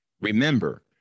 Remember